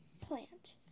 plant